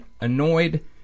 Annoyed